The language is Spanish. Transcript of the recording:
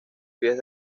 pies